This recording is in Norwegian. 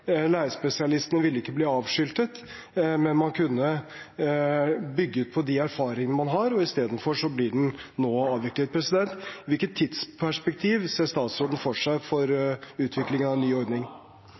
lærerspesialistene ville ikke blitt avskiltet, og man kunne bygget på de erfaringene man har. Istedenfor blir den nå avviklet. Hvilket tidsperspektiv ser statsråden for seg for